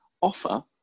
offer